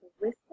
listen